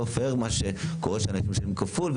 לא פייר מה שקורה שאנשים משלמים כפול,